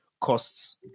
costs